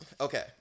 Okay